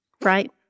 Right